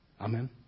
Amen